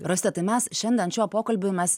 rosita tai mes šiandien šiuo pokalbiu mes